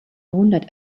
jahrhundert